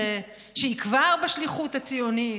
שהיא כבר בשליחות הציונית,